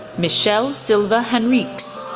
michelle silva henriques,